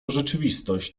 rzeczywistość